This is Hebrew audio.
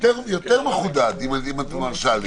יותר מחודד, אם את מרשה לי.